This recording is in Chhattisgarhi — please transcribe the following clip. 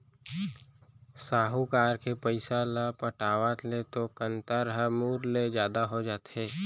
साहूकार के पइसा ल पटावत ले तो कंतर ह मूर ले जादा हो जाथे